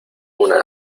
una